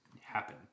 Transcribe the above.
happen